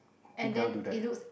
who cannot do that